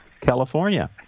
California